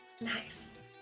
Nice